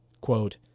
quote